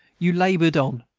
you labored on,